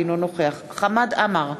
אינו נוכח חמד עמאר,